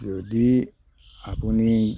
যদি আপুনি